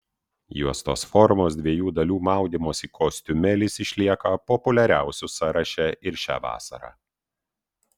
juostos formos dviejų dalių maudymosi kostiumėlis išlieka populiariausių sąraše ir šią vasarą